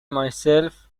myself